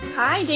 hi